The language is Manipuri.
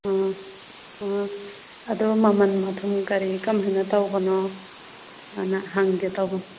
ꯑꯥ ꯑꯥ ꯑꯗꯣ ꯃꯃꯟ ꯃꯊꯨꯝ ꯀꯔꯤ ꯀꯔꯝ ꯍꯥꯏꯅ ꯇꯧꯕꯅꯣ ꯍꯥꯏꯅ ꯍꯪꯒꯦ ꯇꯧꯕꯅꯤ